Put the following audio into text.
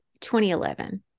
2011